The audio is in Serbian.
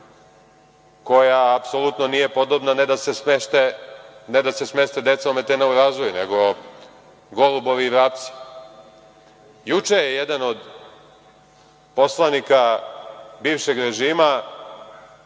koja apsolutno nije podobna ne da se smeste deca ometena u razvoju, nego golubovi i vrapci. Juče je jedan od poslanika bivšeg režima